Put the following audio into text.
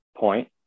point